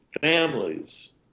families